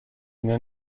میان